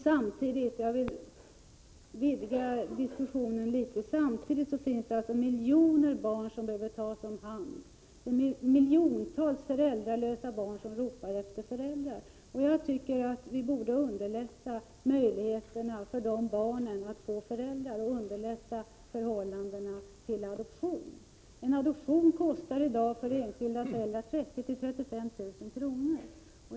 Samtidigt — här vill jag vidga diskussionen litet — finns det miljoner barn som behöver tas om hand, miljontals föräldralösa barn som ropar efter föräldrar. Jag tycker att vi borde underlätta möjligheterna för de barnen att få föräldrar, underlätta förhållandena vid adoption. En adoption kostar i dag för enskilda föräldrar 30 000-35 000 kr.